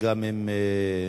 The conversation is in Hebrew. וגם עם ידידי